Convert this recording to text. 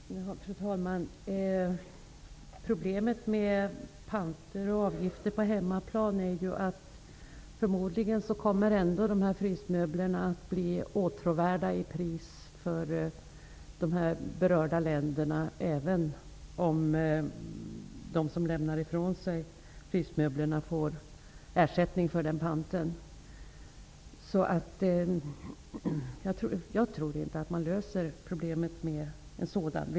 Fru talman! Problemet med panter och avgifter på hemmaplan är ju att de här frysmöblerna förmodligen kommer att bli åtråvärda i pris för de berörda länderna, även om de som lämnar ifrån sig frysmöblerna får ersättning för panten. Jag tror inte att man löser problemet med ett sådant system.